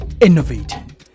Innovating